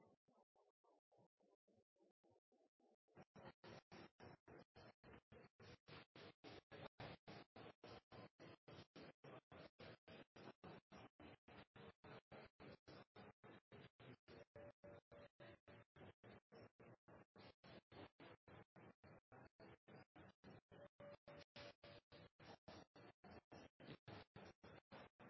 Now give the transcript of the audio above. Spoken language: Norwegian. en